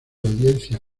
audiencias